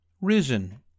risen